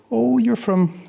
oh, you're from